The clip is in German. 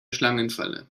schlangenfalle